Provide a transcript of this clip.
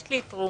יש לי תרומה,